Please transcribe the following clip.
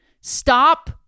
Stop